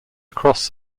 across